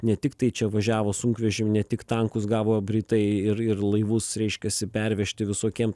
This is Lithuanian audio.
ne tiktai čia važiavo sunkvežimiai ne tik tankus gavo britai ir ir laivus reiškiasi pervežti visokiem